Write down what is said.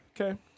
Okay